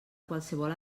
qualsevol